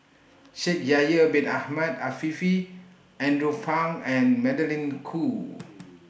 Shaikh Yahya Bin Ahmed Afifi Andrew Phang and Magdalene Khoo